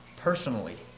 personally